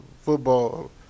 football